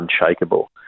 unshakable